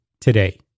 today